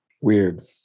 Weird